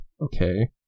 okay